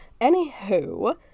Anywho